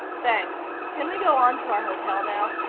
thanks. can we go on to our hotel now?